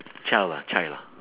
child ah child